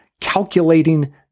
calculating